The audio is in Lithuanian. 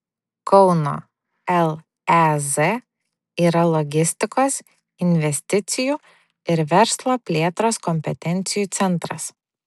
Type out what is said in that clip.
kauno lez yra logistikos investicijų ir verslo plėtros kompetencijų centras